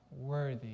worthy